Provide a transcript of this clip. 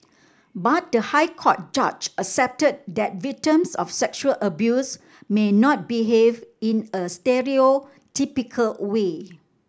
but the High Court judge accepted that victims of sexual abuse may not behave in a stereotypical way